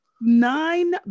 Nine